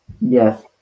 Yes